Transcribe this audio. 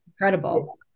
incredible